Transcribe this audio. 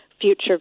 future